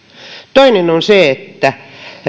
toinen on se että